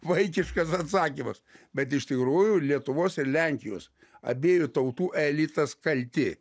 vaikiškas atsakymas bet iš tikrųjų lietuvos ir lenkijos abiejų tautų elitas kalti